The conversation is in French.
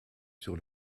sur